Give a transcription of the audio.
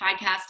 podcast